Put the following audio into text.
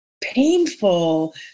painful